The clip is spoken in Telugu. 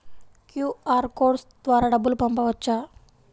క్యూ.అర్ కోడ్ ద్వారా డబ్బులు పంపవచ్చా?